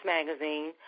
Magazine